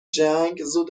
جنگ، زود